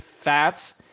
fats